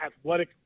athletic